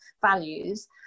values